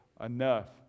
enough